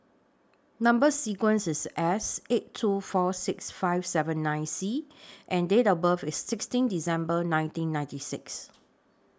Number sequence IS S eight two four six five seventy nine C and Date of birth IS sixteen December nineteen ninety six